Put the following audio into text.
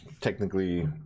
technically